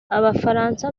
abafaransa